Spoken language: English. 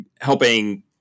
helping